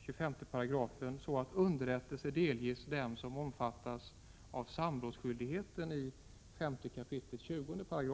25 §i ; äg ä å . Enny planoch PBL, så att underrättelse delges dem som omfattas av samrådsskyldigheten i bygklag; hu ni S kap. 208.